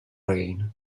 rane